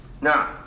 Now